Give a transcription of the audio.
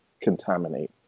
contaminate